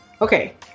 Okay